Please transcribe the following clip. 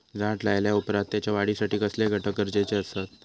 झाड लायल्या ओप्रात त्याच्या वाढीसाठी कसले घटक गरजेचे असत?